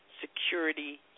Security